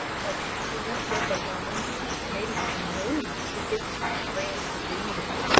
or packing up their belongings ready to move if it should spread to them.